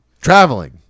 Traveling